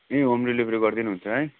ए home delivery गरिदिनु हुन्छ है